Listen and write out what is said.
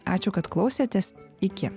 ačiū kad klausėtės iki